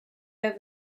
over